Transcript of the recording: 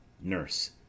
Nurse